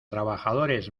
trabajadores